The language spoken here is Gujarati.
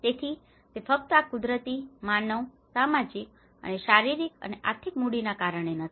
તેથી તે ફક્ત આ કુદરતી માનવ સામાજિક અને શારીરિક અને આર્થિક મૂડીના કારણે નથી